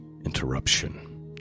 Interruption